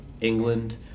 England